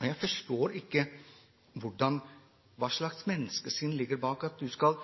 Men jeg forstår ikke hva slags menneskesyn som ligger bak at man skal